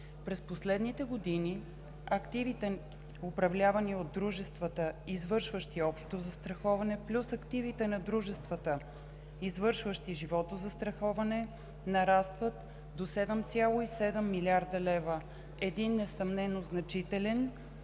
През последните години активите, управлявани от дружествата, извършващи общо застраховане, плюс активите на дружествата, извършващи животозастраховане, нарастват до 7,7 млрд. лв. – един несъмнено значителен